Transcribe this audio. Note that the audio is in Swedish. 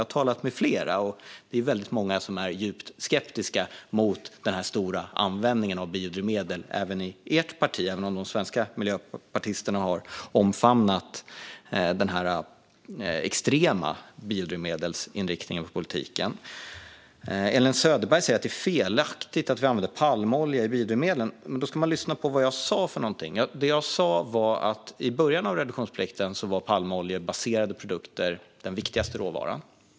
Jag har talat med flera. Det är väldigt många även i ert parti som är djupt skeptiska till den stora användningen av biodrivmedel, även om de svenska miljöpartisterna har omfamnat den extrema biodrivmedelsinriktningen på politiken. Elin Söderberg säger att det är felaktigt att vi använder palmolja i biodrivmedlen. Då ska man lyssna på vad jag sa för någonting. Det jag sa var att i början av reduktionsplikten var palmoljebaserade produkter den viktigaste råvaran.